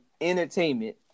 entertainment